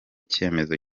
cyemezo